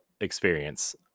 experience